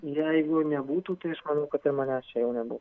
jeigu nebūtų tai aš manau kad ir manęs čia jau nebū